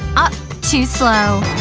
up, too slow!